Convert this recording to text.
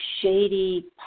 shady